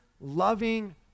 loving